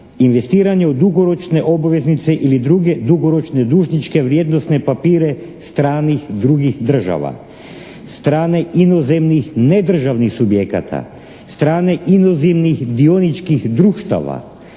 "Investiranje u dugoročne obveznice ili druge dugoročne dužničke vrijednosne papire stranih drugih država, strane inozemnih nedržavnih subjekata, strane inozemnih dioničkih društava